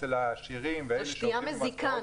זו שתייה מזיקה,